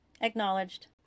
Acknowledged